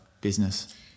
business